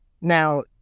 Now